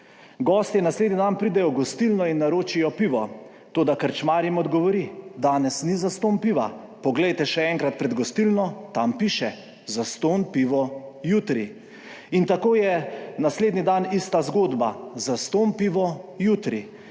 Gostje naslednji dan pridejo v gostilno in naročijo pivo, toda krčmar jim odgovori, danes ni zastonj piva, poglejte še enkrat pred gostilno, tam piše: Zastonj pivo jutri. In tako je naslednji dan ista zgodba: zastonj pivo jutri.